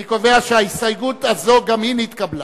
אני קובע שההסתייגות הזאת, גם היא התקבלה.